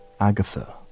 Agatha